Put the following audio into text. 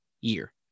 year